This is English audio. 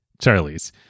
Charlie's